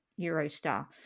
Eurostar